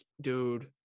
dude